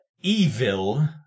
evil